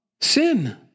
sin